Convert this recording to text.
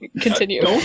Continue